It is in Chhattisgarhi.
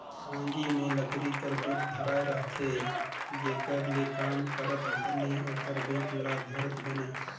टागी मे लकरी कर बेठ धराए रहथे जेकर ले काम करत घनी ओकर बेठ ल धरत बने